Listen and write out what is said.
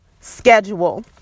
schedule